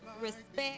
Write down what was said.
respect